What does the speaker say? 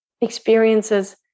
experiences